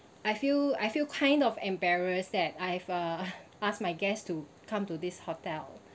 I feel I feel kind of embarrassed that I've uh ask my guests to come to this hotel